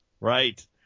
Right